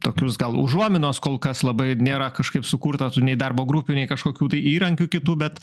tokius gal užuominos kol kas labai nėra kažkaip sukurta tų nei darbo grupių nei kažkokių tai įrankių kitų bet